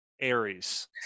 Aries